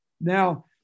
Now